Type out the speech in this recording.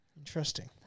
Interesting